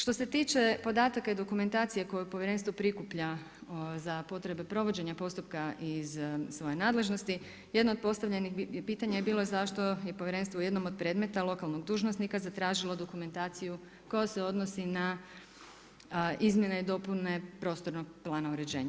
Što se tiče podataka i dokumentacije koju povjerenstvo prikuplja za potrebe provođenja postupka iz svoje nadležnosti, jedno od postavljenih pitanja je bilo zašto je povjerenstvo u jednom od predmeta lokalnog dužnosnika zatražilo dokumentaciju koja se odnosi na izmjene i dopune prostornog plana uređenja.